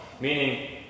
meaning